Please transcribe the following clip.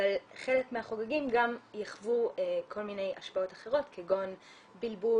אבל חלק מהחוגגים גם יחוו כל מיני השפעות אחרות כגון בלבול,